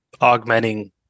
augmenting